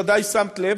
כפי שוודאי שמת לב,